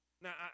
Now